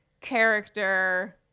character